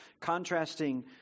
contrasting